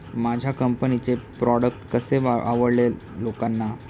माझ्या कंपनीचे प्रॉडक्ट कसे आवडेल लोकांना?